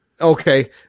Okay